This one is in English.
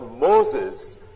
Moses